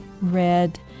red